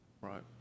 right